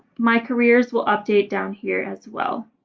my careers will update down here as well.